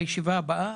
לישיבה הבאה,